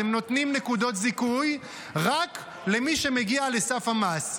אתם נותנים נקודות זיכוי רק למי שמגיע לסף המס.